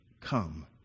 Come